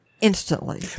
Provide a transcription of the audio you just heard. Instantly